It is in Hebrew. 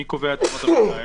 מי קובע את אמות המידה האלו?